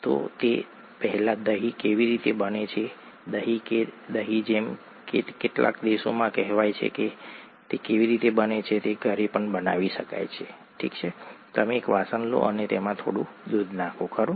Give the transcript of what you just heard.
તો તે પહેલાં દહીં કેવી રીતે બને છે દહીં કે દહીં જેમ કે કેટલાક દેશોમાં કહેવાય છે તે કેવી રીતે બને છે તે ઘરે પણ બનાવી શકાય છે તમે એક વાસણ લો અને તેમાં થોડું દૂધ નાખો ખરું